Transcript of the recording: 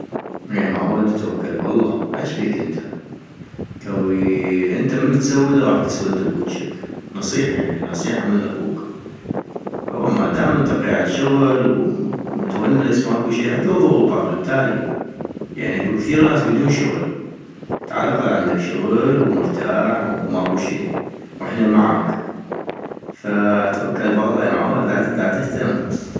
يمعود دتوكل بالله ، اشبيك انت، كوي انت من تسودا غاح تسود بوجك ، نصيحة يعني نصيحة من اخوك ، هو ما دام انت قيعد شغل ومتونس ماكو شي حتى لو ضغوطات واتالي ، يعني اكو كثيغ ناس بدون شغل عالاقل عندك شغل ومرتاح وماكو شي، واحنا معاك - فاتوكل بالله يمعود لا ته لا تهتم